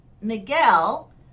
Miguel